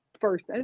first